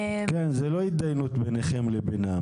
כן, זה לא התדיינות ביניכם לבינם.